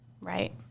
right